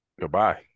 Goodbye